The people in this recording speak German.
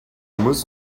muss